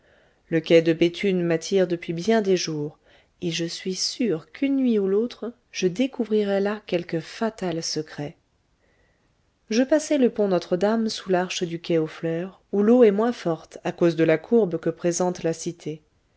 le quai de béthune m'attire depuis bien des jours et je suis sûr qu'une nuit ou l'autre je découvrirai là quelque fatal secret je passai le pont notre-dame sous l'arche du quai aux fleurs où l'eau est moins forte à cause de la courbe que présentai la cité